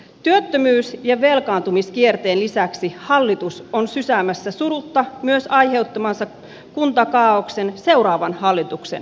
työttömyys ja velkaantumiskierteen lisäksi hallitus on sysäämässä suuta myös aiheuttaman sekunda kaaoksen seuraavan hallituksen